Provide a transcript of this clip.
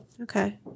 Okay